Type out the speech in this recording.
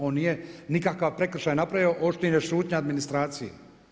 On nije nikakav prekršaj napravio, očito je šutnja administracije.